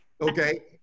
Okay